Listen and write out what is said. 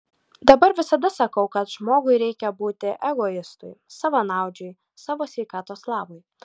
dabar visada sakau kad žmogui reikia būti egoistui savanaudžiui savo sveikatos labui